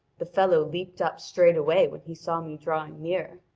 the fellow leaped up straightway when he saw me drawing near.